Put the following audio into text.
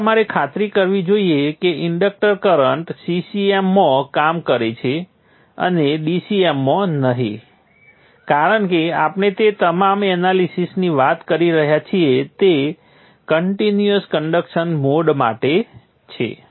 તેથી તમારે ખાતરી કરવી જોઈએ કે ઇન્ડક્ટર કરન્ટ CCM માં કામ કરે છે અને DCM માં નહીં કારણ કે આપણે જે તમામ એનાલિસીસ ની વાત કરી રહ્યા છીએ તે કન્ટિન્યૂઅસ કન્ડક્શન મોડ માટે છે